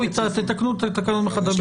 תתקנו את התקנות מחדש בתיאום.